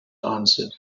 answered